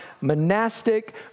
monastic